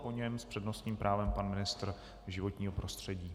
Po něm s přednostním právem pan ministr životního prostředí.